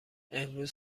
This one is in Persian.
امروز